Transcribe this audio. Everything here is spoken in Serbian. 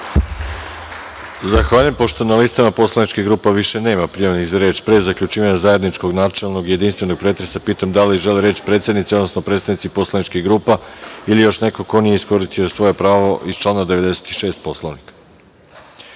Zahvaljujem. Pošto na listama poslaničkih grupa više nema prijavljenih za reč, pre zaključivanja zajedničkog načelnog i jedinstvenog pretresa, pitam da li žele reč predsednici, odnosno predstavnici poslaničkih grupa ili još neko ko nije iskoristio svoje pravo iz člana 96. Poslovnika?